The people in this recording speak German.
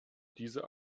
diese